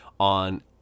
on